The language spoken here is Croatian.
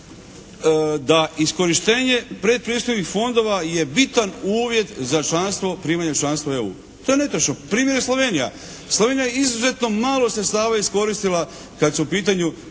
da iskorištenje predpristupnih fondova je bitan uvjet za primanje članstva u EU. To je netočno. Primjer je Slovenija. Slovenija je izuzetno malo sredstava iskoristila kad su u pitanju